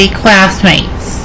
classmates